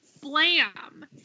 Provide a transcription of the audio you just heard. Blam